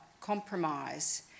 compromise